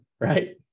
Right